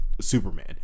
Superman